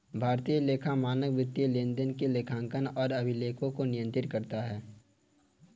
भारतीय लेखा मानक वित्तीय लेनदेन के लेखांकन और अभिलेखों को नियंत्रित करता है